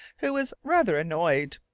who was rather annoyed,